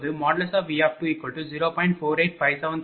985739 p